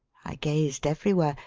i gazed everywhere.